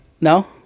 No